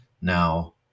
Now